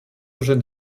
jeune